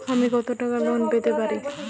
আমি কত টাকা লোন পেতে পারি?